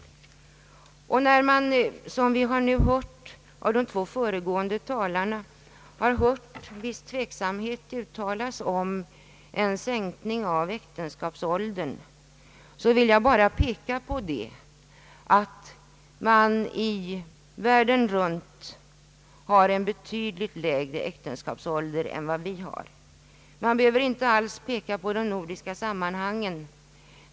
När vi nu från de två föregående talarna har hört viss tveksamhet uttalas om en sänkning av äktenskapsåldern, vill jag bara peka på att man världen runt har betydligt lägre äktenskapsålder än vi har. Man behöver inte alls peka på de nordiska sammanhangen.